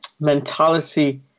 mentality